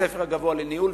בית-ספר גבוה לניהול,